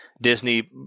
Disney